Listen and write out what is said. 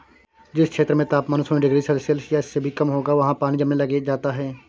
जिस क्षेत्र में तापमान शून्य डिग्री सेल्सियस या इससे भी कम होगा वहाँ पानी जमने लग जाता है